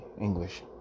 English